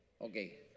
Okay